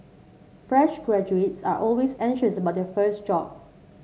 fresh graduates are always anxious about their first job